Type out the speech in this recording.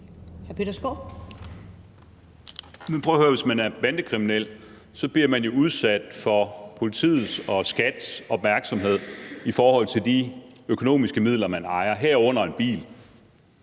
Hvis man er bandekriminel, bliver man jo udsat for politiets og skattemyndighedernes opmærksomhed i forhold til de økonomiske midler, man ejer, herunder en dyr